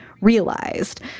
realized